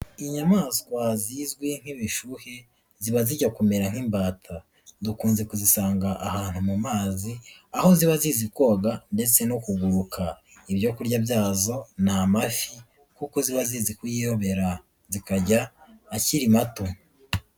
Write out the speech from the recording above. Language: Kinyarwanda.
Inyamaswa zizwe nk'ibishuhe ziba zijya kumera nk'imbata, dukunze kuzisanga ahantu mu mazi aho ziba zizi koga ndetse no kuguruka, ibyokurya byazo ni amafi kuko ziba zize kuyiobera zikayarya akiri mato.